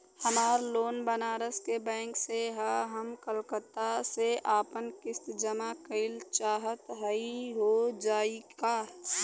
हमार लोन बनारस के बैंक से ह हम कलकत्ता से आपन किस्त जमा कइल चाहत हई हो जाई का?